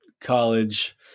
college